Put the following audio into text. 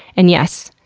and yes,